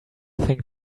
thing